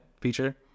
feature